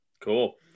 Cool